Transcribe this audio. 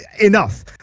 enough